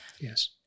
Yes